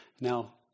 Now